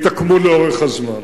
התעקמו לאורך הזמן.